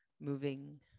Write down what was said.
Moving